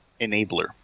enabler